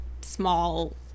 small